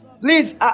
Please